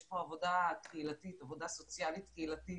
יש פה עבודה סוציאלית קהילתית,